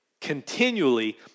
continually